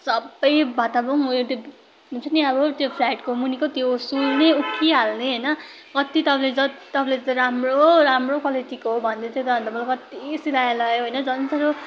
सबै भताभुङ ऊ यो त्यो हुन्छ नि अब त्यो फ्ल्याटको मुनिको त्यो सोल नै उप्किहाल्ने होइन अक्ति तपाईँले ज तपाईँले त राम्रो राम्रो क्वालिटीको हो भन्दैथ्यो कत्ति सिलाएर लायो होइन झन् साह्रो